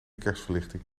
kerstverlichting